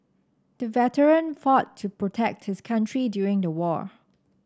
the veteran fought to protect his country during the war